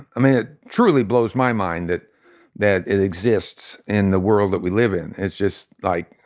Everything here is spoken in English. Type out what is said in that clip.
i mean, it truly blows my mind that that it exists in the world that we live in. it's just like,